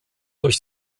durch